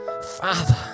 Father